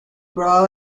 probado